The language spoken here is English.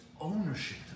ownership